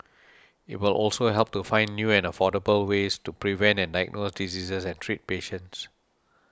it will also help to find new and affordable ways to prevent and diagnose diseases and treat patients